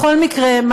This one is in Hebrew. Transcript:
בכל מקרה,